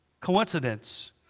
Coincidence